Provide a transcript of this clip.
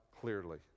clearly